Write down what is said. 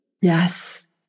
Yes